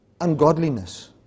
ungodliness